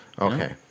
Okay